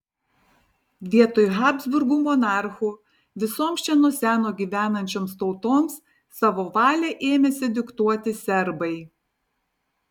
vietoj habsburgų monarchų visoms čia nuo seno gyvenančioms tautoms savo valią ėmėsi diktuoti serbai